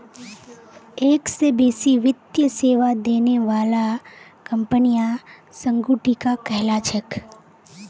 एक स बेसी वित्तीय सेवा देने बाला कंपनियां संगुटिका कहला छेक